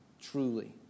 truly